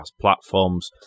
platforms